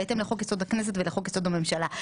בהתאם לחוק יסוד: הכנסת ולחוק יסוד: הממשלה.